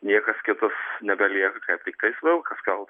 niekas kitas negalėjo tiktais vilkas gal